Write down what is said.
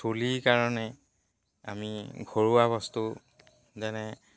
চুলিৰ কাৰণে আমি ঘৰুৱা বস্তু যেনে